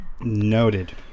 Noted